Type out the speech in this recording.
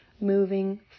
moving